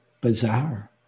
bizarre